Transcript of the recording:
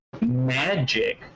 magic